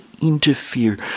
interfere